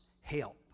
help